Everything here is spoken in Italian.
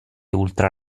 ultra